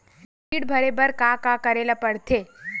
ऋण भरे बर का का करे ला परथे?